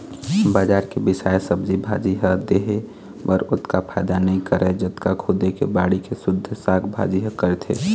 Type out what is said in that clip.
बजार के बिसाए सब्जी भाजी ह देहे बर ओतका फायदा नइ करय जतका खुदे के बाड़ी के सुद्ध साग भाजी ह करथे